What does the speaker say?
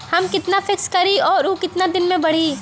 हम कितना फिक्स करी और ऊ कितना दिन में बड़ी?